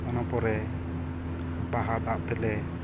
ᱚᱱᱟ ᱯᱚᱨᱮ ᱵᱟᱦᱟ ᱫᱟᱜᱛᱮ ᱞᱮ